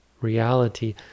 reality